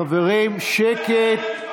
חברים, שקט.